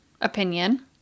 opinion